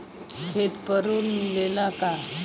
खेत पर लोन मिलेला का?